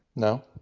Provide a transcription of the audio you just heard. no.